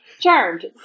Charmed